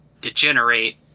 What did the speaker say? degenerate